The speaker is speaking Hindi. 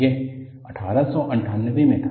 यह 1898 में था